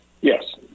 Yes